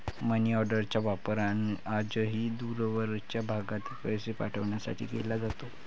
मनीऑर्डरचा वापर आजही दूरवरच्या भागात पैसे पाठवण्यासाठी केला जातो